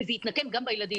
וזה יתנקם גם בילדים.